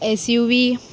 S U